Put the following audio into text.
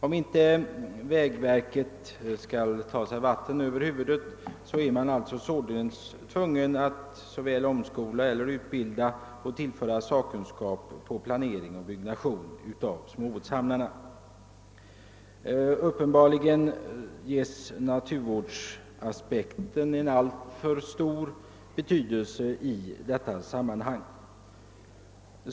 Om inte vägverket skall ta sig vatten över huvudet, är man således tvungen att antingen omskola eller utbilda personal eller tillföra sakkunskap till planering och byggande av småbåtshamnar. Uppenbarligen tilläggs naturvårdsaspekten en alltför stor betydelse i detta sammanhang.